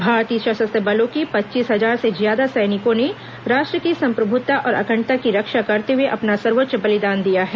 भारतीय सशस्त्र बलों के पच्चीस हजार से ज्यादा सैनिकों ने राष्ट्र की संप्रभुता और अखंडता की रक्षा करते हुए अपना सर्वोच्च बलिदान दिया है